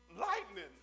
lightning